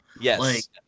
Yes